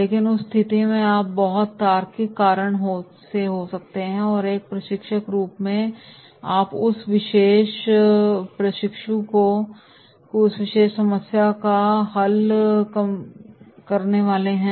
लेकिन उस स्थिति में आप बहुत तार्किक कारण से आ सकते हैं और एक प्रशिक्षक के रूप में तब आप उस विशेष प्रशिक्षु की उस विशेष समस्या को हल करने वाले हैं